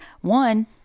one